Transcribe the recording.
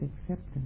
acceptance